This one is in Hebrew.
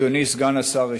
אדוני סגן השר,